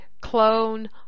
clone